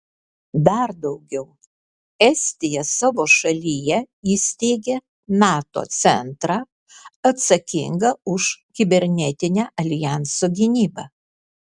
dar daugiau estija savo šalyje įsteigė nato centrą atsakingą už kibernetinę aljanso gynybą